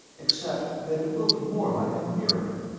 except that it looked more like a mirror,